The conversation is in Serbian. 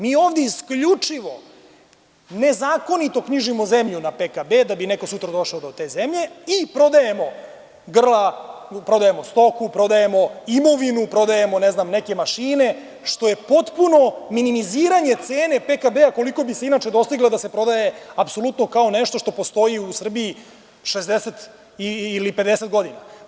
Mi ovde isključivo, ne zakonito, knjižimo zemlju na PKB da bi neko sutra došao do te zemlje i prodajemo grla, prodajemo stoku, imovinu, neke mašine, što je potpuno minimiziranje cene PKB-a, koliko bi se inače dostigla da se prodaje apsolutno kao nešto što postoji u Srbiji 60 ili 50 godina.